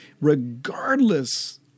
regardless